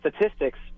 statistics